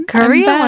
Korea